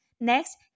Next